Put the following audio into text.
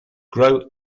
grow